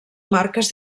marques